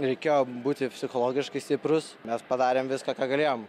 reikėjo būti psichologiškai stiprūs mes padarėm viską ką galėjom